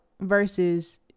versus